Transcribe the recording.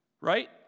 Right